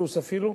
פלוס אפילו,